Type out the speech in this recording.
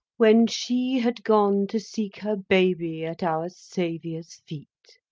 when she had gone to seek her baby at our saviour's feet.